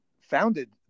founded